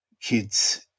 kids